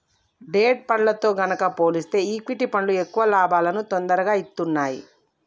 debt ఫండ్లతో గనక పోలిస్తే ఈక్విటీ ఫండ్లు ఎక్కువ లాభాలను తొరగా ఇత్తన్నాయి